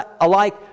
alike